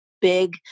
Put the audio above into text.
big